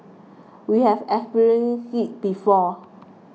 we have experienced it before